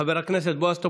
חבר הכנסת בועז טופורובסקי.